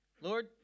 lord